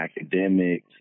academics